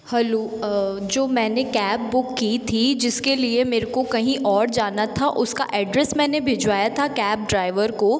hello जो मैंने cab book की थी जिसके लिए मेरे को कहीं और जाना था उसका एड्रेस मैंने भिजवाया था कैब ड्राइवर को